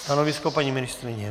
Stanovisko paní ministryně?